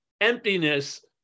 emptiness